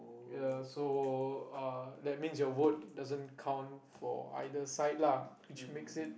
ya so uh that means your vote doesn't count for either side lah which makes it